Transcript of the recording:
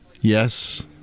Yes